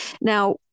Now